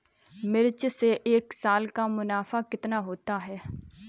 मिर्च से एक साल का मुनाफा कितना होता है?